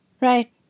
Right